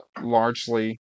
largely